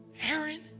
Aaron